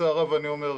בצער רב אני אומר,